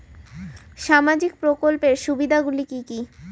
সামাজিক প্রকল্পের সুবিধাগুলি কি কি?